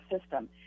system